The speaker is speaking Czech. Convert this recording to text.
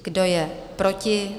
Kdo je proti?